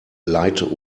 light